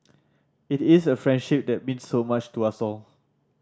it is a friendship that means so much to us all